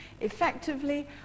effectively